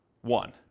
one